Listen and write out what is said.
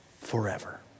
Forever